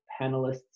panelists